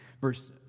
Verse